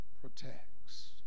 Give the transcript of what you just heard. protects